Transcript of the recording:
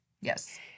Yes